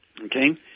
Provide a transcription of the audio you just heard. Okay